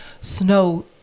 snow